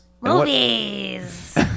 movies